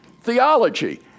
theology